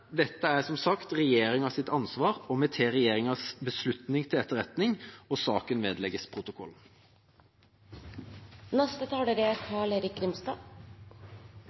dette er som sagt regjeringas ansvar, og vi tar regjeringas beslutning til etterretning, og saken vedlegges protokollen.